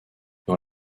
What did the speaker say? dans